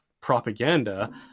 propaganda